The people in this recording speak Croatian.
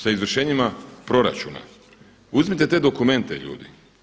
Sa izvršenjima proračuna, uzmite te dokumente ljudi.